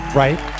right